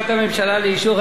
אולי תיתן לי לדבר?